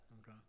Okay